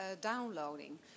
downloading